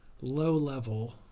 low-level